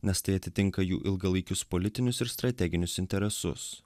nes tai atitinka jų ilgalaikius politinius ir strateginius interesus